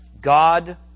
God